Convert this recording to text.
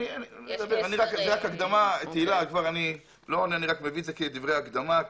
יש --- אני מביא את זה רק כדברי הקדמה.